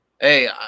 Hey